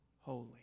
holy